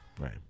Right